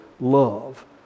love